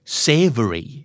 savory